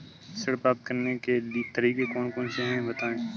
ऋण प्राप्त करने के तरीके कौन कौन से हैं बताएँ?